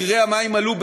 מחירי המים עלו,